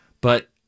But-